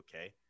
okay